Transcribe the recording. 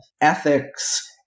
Ethics